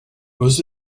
most